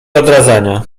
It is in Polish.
odradzania